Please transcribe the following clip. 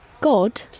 God